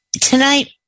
Tonight